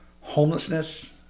Homelessness